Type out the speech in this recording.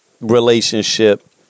relationship